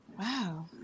Wow